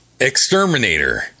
Exterminator